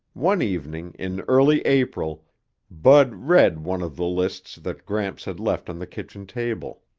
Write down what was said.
one evening in early april bud read one of the lists that gramps had left on the kitchen table